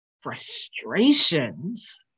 frustrations